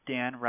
Dan